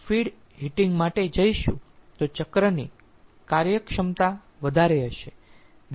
જો આપણે feed heating માટે જઈશું તો ચક્રની કાર્યક્ષમતા વધારે હશે